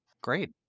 Great